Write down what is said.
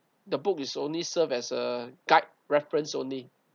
the book is only serve as a guide reference only